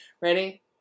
Ready